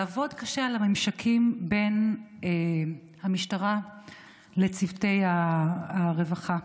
לעבוד קשה על הממשקים בין המשטרה לצוותי הרווחה.